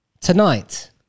Tonight